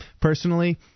Personally